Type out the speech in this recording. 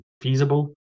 feasible